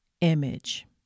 image